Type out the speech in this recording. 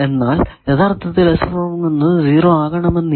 എന്നാൽ യഥാർത്ഥത്തിൽ എന്നത് 0 ആകണമെന്നില്ല